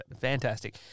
fantastic